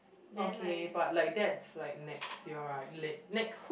okay but like that's like next year right leg next